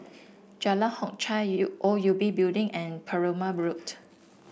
Jalan Hock Chye U O U B Building and Perumal